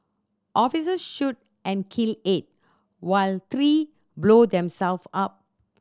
officers shoot and kill eight while three blow them self up